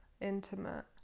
intimate